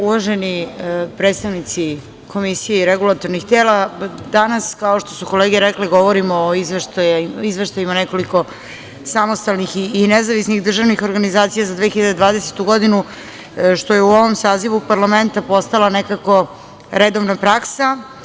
Uvaženi predstavnici Komisije i regulatornih tela, danas kao što su kolege rekle govorimo o izveštajima nekoliko samostalnih i nezavisnih državnih organizacija za 2020. godinu, što je u ovom sazivu parlamenta postala redovna praksa.